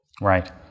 Right